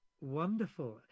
Wonderful